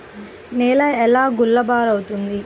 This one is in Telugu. నేల ఎలా గుల్లబారుతుంది?